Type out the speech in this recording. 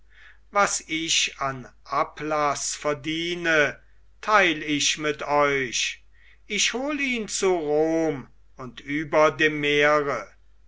was ich an ablaß verdiene teil ich mit euch ich hol ihn zu rom und über dem meere